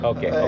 Okay